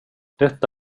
detta